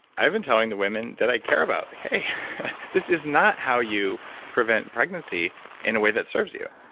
i've been telling the women that i care about like, hey this is not how you prevent pregnancy in a way that serves you.